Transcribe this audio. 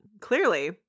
Clearly